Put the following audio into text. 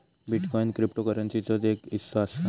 bitcoin क्रिप्टोकरंसीचोच एक हिस्सो असा